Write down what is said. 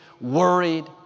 worried